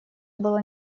было